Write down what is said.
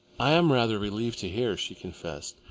i am rather relieved to hear, she confessed,